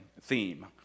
theme